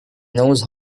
knows